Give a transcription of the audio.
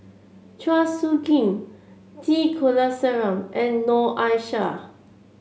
Chua Soo Khim T Kulasekaram and Noor Aishah